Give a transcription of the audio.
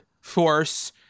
force